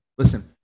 Listen